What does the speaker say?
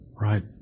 Right